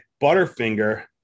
Butterfinger